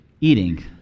eating